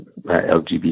LGBT